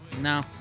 No